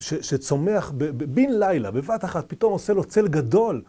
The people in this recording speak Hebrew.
שצומח בין לילה, בבת אחת, פתאום עושה לו צל גדול.